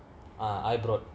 ah I brought